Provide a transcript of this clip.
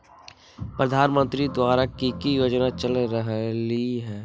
प्रधानमंत्री द्वारा की की योजना चल रहलई ह?